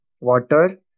water